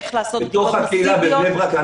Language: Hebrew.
איך לעשות בדיקות מסיביות בבני ברק?